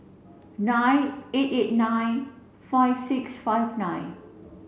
nine eight eight nine five six five nine